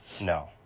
no